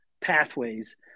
pathways